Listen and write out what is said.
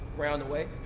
around the way.